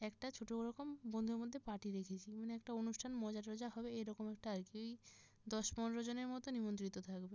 একটা ছোট রকম বন্ধুদের মধ্যে পার্টি রেখেছি মানে একটা অনুষ্ঠান মজা টজা হবে এই রকম একটা আর কি ওই দশ পনেরো জনের মতো নিমন্ত্রিত থাকবে